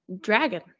Dragon